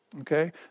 Okay